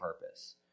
purpose